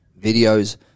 videos